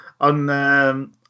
on